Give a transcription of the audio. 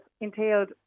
entailed